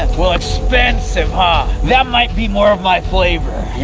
well, expensive, huh? that might be more my flavor.